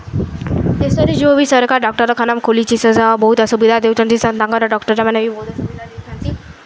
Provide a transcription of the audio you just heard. ଶେଷରେ ଯେଉଁ ବି ସରକାର ଡକ୍ଟରଖାନ ଖୋଲିଛି ସେ ଯାହା ବହୁତ ଅସୁବିଧା ଦେଉଛନ୍ତି ସେ ତାଙ୍କର ଡକ୍ଟର୍ମାନେ ବି ବହୁତ ଅସୁବିଧା ଦେଉଛନ୍ତି